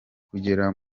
kugera